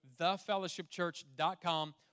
thefellowshipchurch.com